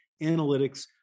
analytics